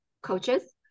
coaches